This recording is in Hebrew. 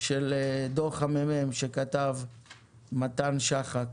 של דו"ח המ"מ שכתב מתן שחק,